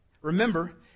remember